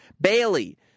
Bailey